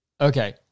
okay